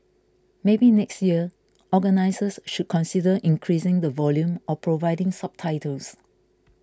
maybe next year organisers should consider increasing the volume or providing subtitles